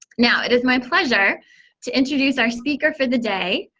now, it is my pleasure to introduce our speaker for the day.